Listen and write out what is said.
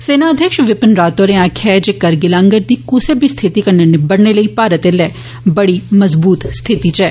सेनाध्यक्ष बिपिन रावत होरें आक्खेया ऐ जे करगिल आंगर दी क्सै बी स्थिति कन्नै निबड़ने लेई भारत एल्लै बड़ी मजबूत स्थिति च ऐ